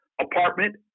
apartment